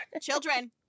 Children